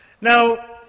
Now